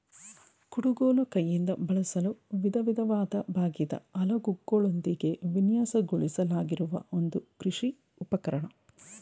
ಕುಡುಗೋಲು ಕೈಯಿಂದ ಬಳಸಲು ವಿಧವಿಧವಾದ ಬಾಗಿದ ಅಲಗುಗಳೊಂದಿಗೆ ವಿನ್ಯಾಸಗೊಳಿಸಲಾಗಿರುವ ಒಂದು ಕೃಷಿ ಉಪಕರಣ